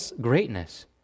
greatness